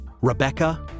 Rebecca